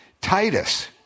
Titus